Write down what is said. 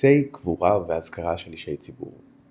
ובטקסי קבורה ואזכרה של אישי ציבור.